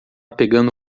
pegando